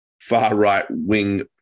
far-right-wing